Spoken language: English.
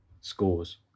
scores